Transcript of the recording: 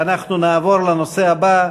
אנחנו נעבור לנושא הבא,